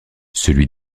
celui